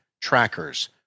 trackers